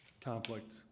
conflict